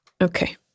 okay